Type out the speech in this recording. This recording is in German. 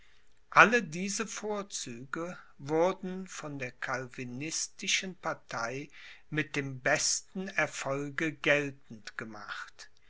alle diese vorzüge wurden von der calvinistischen partei mit dem besten erfolge geltend gemacht